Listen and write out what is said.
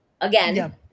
again